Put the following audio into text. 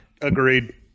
Agreed